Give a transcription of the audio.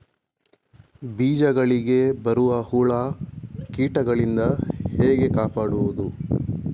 ಬೀಜಗಳಿಗೆ ಬರುವ ಹುಳ, ಕೀಟದಿಂದ ಹೇಗೆ ಕಾಪಾಡುವುದು?